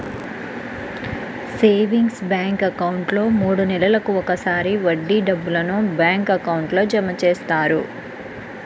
savings bank అకౌంట్లో మూడు నెలలకు ఒకసారి వడ్డీ డబ్బులను బ్యాంక్ అకౌంట్లో జమ చేస్తారు